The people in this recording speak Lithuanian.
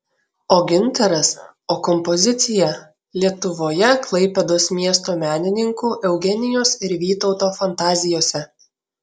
o gintaras o kompozicija lietuvoje klaipėdos miesto menininkų eugenijos ir vytauto fantazijose